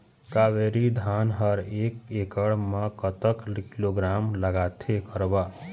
कावेरी धान हर एकड़ म कतक किलोग्राम लगाथें गरवा?